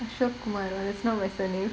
ashok kumar no that's not my surname